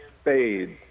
spades